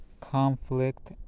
conflict